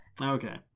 Okay